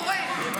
המורה,